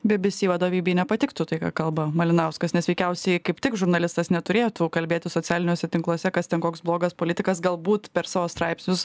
bibisi vadovybei nepatiktų tai ką kalba malinauskas nes veikiausiai kaip tik žurnalistas neturėtų kalbėti socialiniuose tinkluose kas ten koks blogas politikas galbūt per savo straipsnius